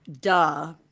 duh